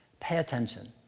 pay attention.